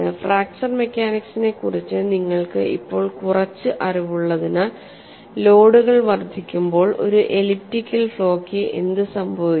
fracture മെക്കാനിക്സിനെക്കുറിച്ച് നിങ്ങൾക്ക് ഇപ്പോൾ കുറച്ച് അറിവുള്ളതിനാൽ ലോഡുകൾ വർദ്ധിക്കുമ്പോൾ ഒരു എലിപ്റ്റിക്കൽ ഫ്ളോക്ക് എന്ത് സംഭവിക്കും